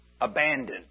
abandoned